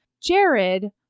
Jared